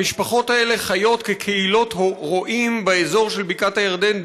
המשפחות האלה חיות דורות כקהילות רועים באזור של בקעת הירדן.